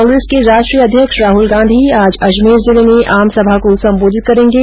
कांग्रेस के राष्ट्रीय अध्यक्ष राहल गांधी आज अजमेर जिले में आमसभा को संबोधित करेंगे